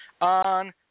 on